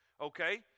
okay